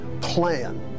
plan